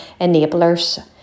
enablers